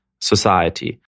society